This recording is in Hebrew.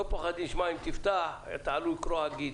לא פוחדים שאם תפתח, אתה עלול לקרוע גיד.